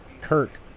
kirk